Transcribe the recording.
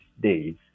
days